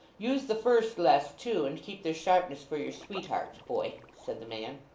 use the first less too, and keep their sharpness for your sweethearts, boy said the man.